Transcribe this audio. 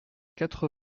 quatre